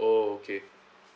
okay